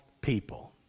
people